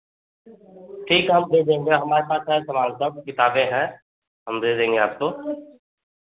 ठीक है हम दे देंगे हमारे पास है सामान सब किताबें हैं हम दे देंगे आपको